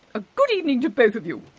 a good evening to both of you!